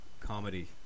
comedy